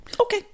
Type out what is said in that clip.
Okay